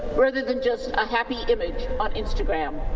rather than just a happy image on instagram.